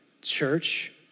Church